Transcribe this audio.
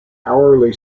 hourly